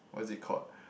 what is it called